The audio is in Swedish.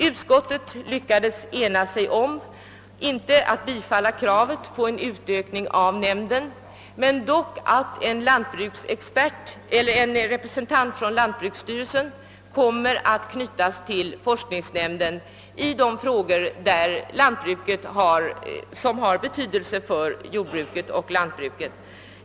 Utskottets ledamöter enades om att inte tillstyrka kravet på en utökning av nämnden utan föreslå att en representant för lantbruksstyrelsen skall knytas som expert till forskningsnämnden för att delta i handläggning av frågor som har betydelse för jordbruk och naturvård.